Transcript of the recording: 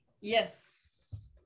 Yes